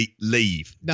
leave